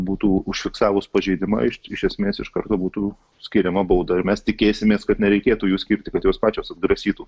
būtų užfiksavus pažeidimą iš iš esmės iš karto būtų skiriama bauda ir mes tikėsimės kad nereikėtų jų skirti kad jos pačios atgrasytų